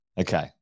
Okay